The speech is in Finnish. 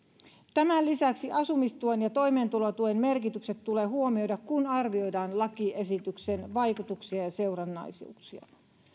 tämän lisäksi asumistuen ja toimeentulotuen merkitykset tulee huomioida kun arvioidaan lakiesityksen vaikutuksia ja seurannaisuuksia